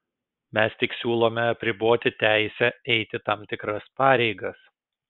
mes tik siūlome apriboti teisę eiti tam tikras pareigas